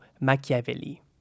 Machiavelli